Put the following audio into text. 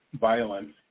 violence